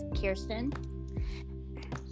Kirsten